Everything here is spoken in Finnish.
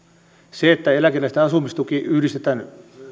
se että eläkeläisten asumistuki yhdistetään